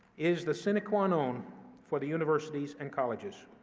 is the sine qua non for the universities and colleges.